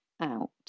out